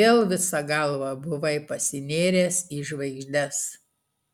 vėl visa galva buvai pasinėręs į žvaigždes